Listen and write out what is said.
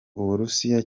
uburusiya